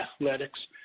athletics